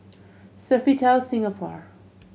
Sofitel Singapore